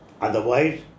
Otherwise